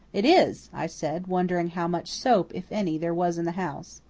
it is, i said, wondering how much soap, if any, there was in the house.